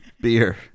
Beer